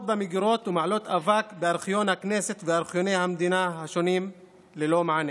במגרות ומעלות אבק בארכיון הכנסת ובארכיוני המדינה השונים ללא מענה.